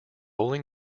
bowling